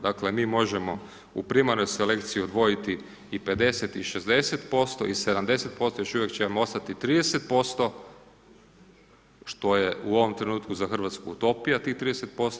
Dakle mi možemo u primarnoj selekciji odvojiti i 50 i 60% i 70%, još uvijek će vam ostati 30%, što je u ovom trenutku za RH utopija tih 30%